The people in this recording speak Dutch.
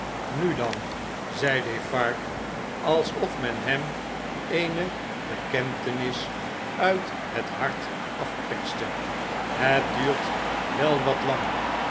nu dan zei defarge alsof men hem eene in londen en parijs bekentenis uit het hart afperste het duurt wel wat lang